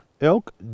Elk